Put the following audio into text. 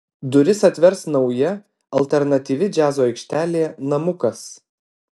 duris atvers nauja alternatyvi džiazo aikštelė namukas